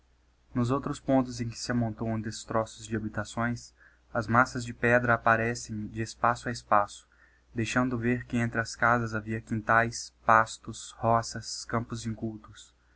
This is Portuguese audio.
nos outros pontos em que se amontoam destroços de habitações as massas de pedra apparecem de espaço a espaço deixando ver que entre as casas havia quintaes pastos roças campos incultos